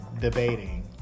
debating